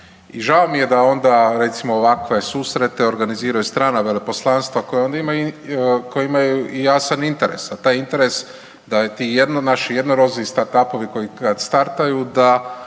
I žao mi je da ona recimo onda ovakve susrete organiziraju strana veleposlanstva koja onda imaju, koja imaju i jasan interes, a taj interes da ti naši jednorozi i startup-ovi koji kad startaju da